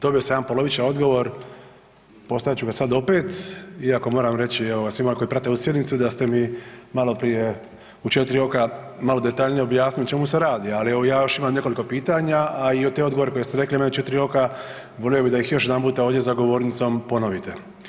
dobio sam jedan polovičan odgovor, postavit ću ga sad opet, iako moram reći evo ga svima koji prate ovu sjednicu da ste mi maloprije u 4 oka malo detaljnije objasnili o čemu se radi, ali evo ja još imam nekoliko pitanja, a i te odgovore koje ste rekli meni u 4 oka volio bih da ih još jedanputa ovdje za govornicom ponovite.